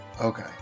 okay